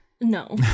No